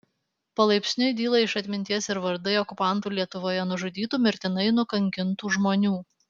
palaipsniui dyla iš atminties ir vardai okupantų lietuvoje nužudytų mirtinai nukankintų žmonių